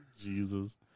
Jesus